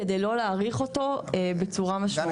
כדי לא להאריך אותו בצורה משמעותית.